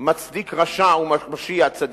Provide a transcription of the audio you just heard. "מצדיק רשע ומרשיע צדיק".